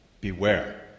beware